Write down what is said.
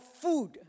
food